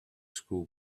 school